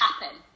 happen